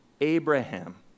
Abraham